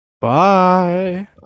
Bye